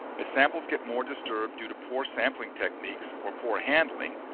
as samples get more disturbed due to poor sampling techniques or poor handling,